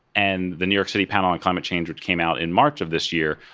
and the new york city panel on climate change, which came out in march of this year,